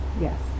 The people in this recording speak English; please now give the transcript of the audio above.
Yes